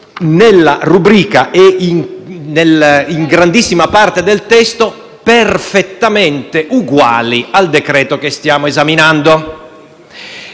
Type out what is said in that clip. nella rubrica e in grandissima parte del testo, perfettamente uguali al decreto-legge che stiamo esaminando.